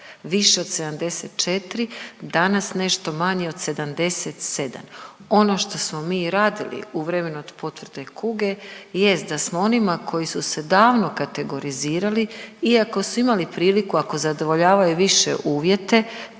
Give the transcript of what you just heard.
Više od 74, danas nešto manje od 77. Ono što smo mi radili u vremenu od potvrde kuge jest da smo onima koji su se davno kategorizirali i ako su imali priliku, ako zadovoljavaju više uvjete